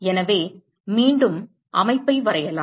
எனவே மீண்டும் அமைப்பை வரையலாம்